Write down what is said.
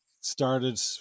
started